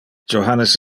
johannes